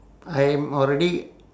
I'm already